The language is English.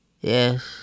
Yes